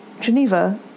Geneva